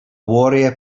warrior